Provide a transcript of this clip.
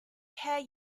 care